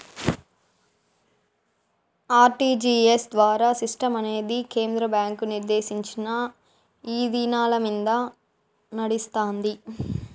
RTGS ద్వారా సిస్టమనేది కేంద్ర బ్యాంకు నిర్దేశించిన ఇదానాలమింద నడస్తాంది